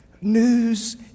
news